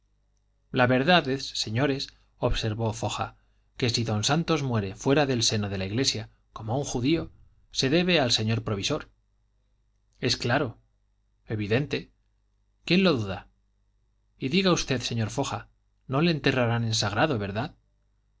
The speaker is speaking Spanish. la verdad es señores observó foja que si don santos muere fuera del seno de la iglesia como un judío se debe al señor provisor es claro evidente quién lo duda y diga usted señor foja no le enterrarán en sagrado verdad